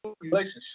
relationship